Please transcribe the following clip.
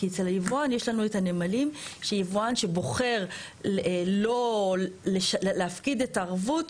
כי אצל היבואן יש לנו את הנמלים שיבואן שבוחר לא להפקיד את הערבות,